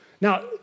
Now